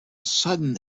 sudden